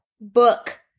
book